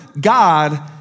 God